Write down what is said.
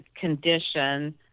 condition